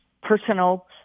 personal